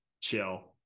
chill